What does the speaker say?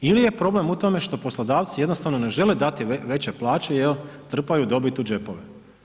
Ili je problem u tome što poslodavci jednostavno ne žele dati veće plaće jer trpaju dobit u đepove?